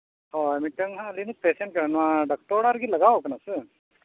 ᱦᱳᱭ ᱢᱤᱫᱴᱮᱱᱦᱟᱸᱜ ᱟᱹᱞᱤᱧᱞᱤᱧ ᱯᱮᱥᱮᱱᱴ ᱠᱟᱱᱟ ᱱᱚᱣᱟ ᱰᱟᱠᱛᱚᱨ ᱚᱲᱟᱜ ᱨᱮᱜᱮ ᱞᱟᱜᱟᱣ ᱟᱠᱟᱱᱟ ᱥᱮ